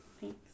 Thanks